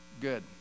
Good